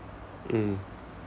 mm